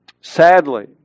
Sadly